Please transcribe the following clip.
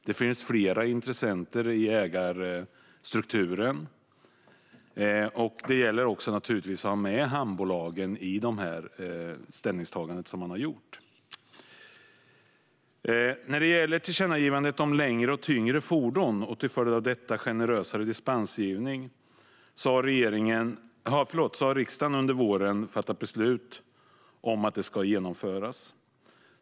Det finns flera intressenter i ägarstrukturen. Det gäller också naturligtvis att ha med hamnbolagen i det ställningstagande som man har gjort. När det gäller tillkännagivandet om längre och tyngre fordon - och till följd av detta generösare dispensgivning - har riksdagen under våren fattat beslut om att detta ska genomföras.